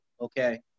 okay